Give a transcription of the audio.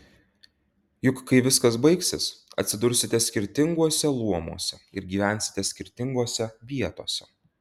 juk kai viskas baigsis atsidursite skirtinguose luomuose ir gyvensite skirtingose vietose